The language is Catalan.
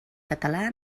català